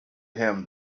him